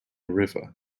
river